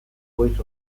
goiz